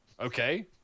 Okay